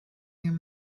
your